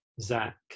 Zach